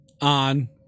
On